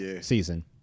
season